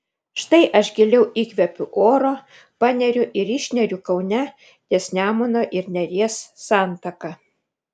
štai aš giliau įkvepiu oro paneriu ir išneriu kaune ties nemuno ir neries santaka